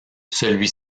celui